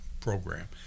program